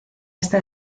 esta